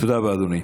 תודה רבה, אדוני.